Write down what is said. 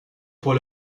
pour